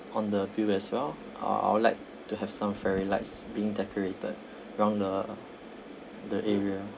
on the bill as well uh I would like to have some fairy lights being decorated around the the area